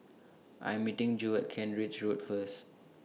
I Am meeting Jo At Kent Ridge Road First